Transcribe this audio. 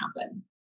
happen